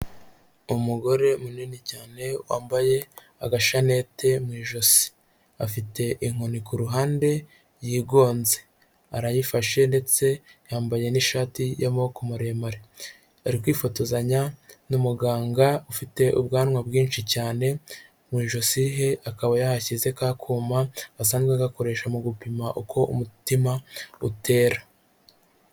Umugore munini cyane, wambaye agashanete mu ijosi. Afite inkoni ku ruhande yigonze. Arayifashe ndetse yambaye n'ishati y'amaboko maremare. Ari kwifotozanya na muganga ufite ubwanwa bwinshi cyane, mu ijosi he akaba yahashyize ka kuma, gasanzwe gakoresha mu gupima uko umutima utera.